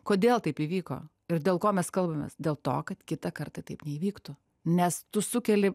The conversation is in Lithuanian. kodėl taip įvyko ir dėl ko mes kalbamės dėl to kad kitą kartą taip neįvyktų nes tu sukeli